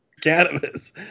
cannabis